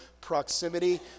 proximity